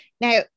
now